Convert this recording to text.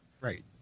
Right